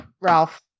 Ralph